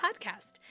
podcast